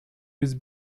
his